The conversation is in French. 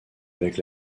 avec